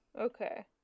Okay